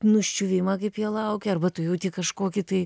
nuščiuvimą kaip jie laukia arba tu jauti kažkokį tai